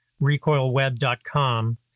recoilweb.com